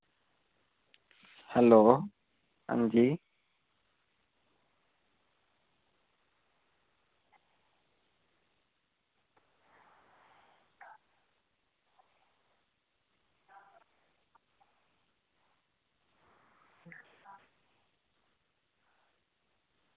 hello हां जी